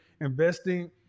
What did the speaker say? investing